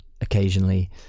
occasionally